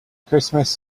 christmas